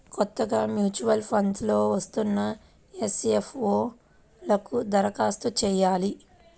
కొత్తగా mutual funds లో వస్తున్న ఎన్.ఎఫ్.ఓ లకు దరఖాస్తు చెయ్యాలి